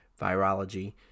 virology